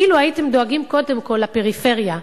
אילו הייתם דואגים קודם כול לפריפריה,